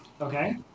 Okay